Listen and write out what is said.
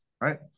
right